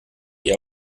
eher